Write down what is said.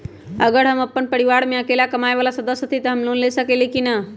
अगर हम अपन परिवार में अकेला कमाये वाला सदस्य हती त हम लोन ले सकेली की न?